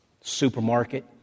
Supermarket